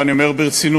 ואני אומר ברצינות,